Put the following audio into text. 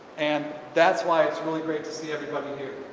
and that's why it's really great to see everybody here.